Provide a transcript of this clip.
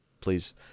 please